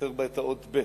חסרה בה האות בי"ת.